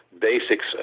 basics